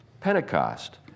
Pentecost